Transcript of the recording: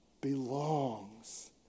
belongs